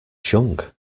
junk